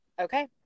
Okay